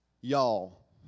Y'all